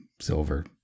silver